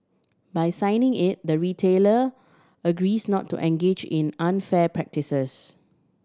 by signing it the retailer agrees not to engage in unfair practices